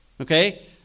okay